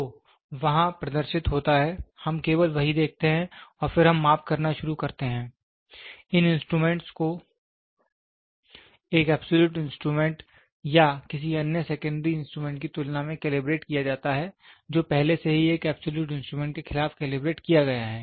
तो जो वहां प्रदर्शित होता है हम केवल वही देखते हैं और फिर हम माप करना शुरू करते हैं इन इंस्ट्रूमेंट को एक एबसॉल्यूट इंस्ट्रूमेंट या किसी अन्य सेकेंड्री इंस्ट्रूमेंट की तुलना में कैलिब्रेट किया जाता है जो पहले से ही एक एबसॉल्यूट इंस्ट्रूमेंट के खिलाफ कैलिब्रेट किया गया है